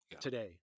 today